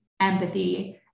empathy